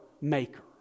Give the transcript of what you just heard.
Maker